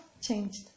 changed